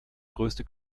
größte